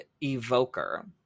Evoker